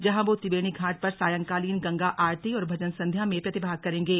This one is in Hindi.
जहां वो त्रिवेणी घाट पर सायंकालीन गंगा आरती और भजन संध्या में प्रतिभाग करेंगे